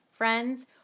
Friends